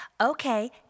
Okay